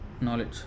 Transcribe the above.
knowledge